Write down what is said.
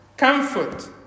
Comfort